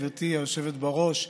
גברתי היושבת בראש,